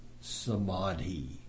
samadhi